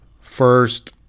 first